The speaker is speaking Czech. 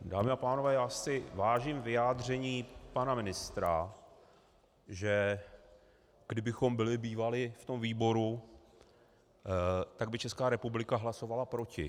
Dámy a pánové, vážím si vyjádření pana ministra, že kdybychom byli bývali v tom výboru, tak by Česká republika hlasovala proti.